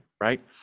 right